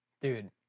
dude